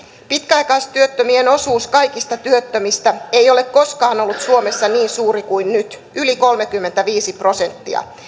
pitkäaikaistyöttömien osuus kaikista työttömistä ei ole koskaan ollut suomessa niin suuri kuin nyt yli kolmekymmentäviisi prosenttia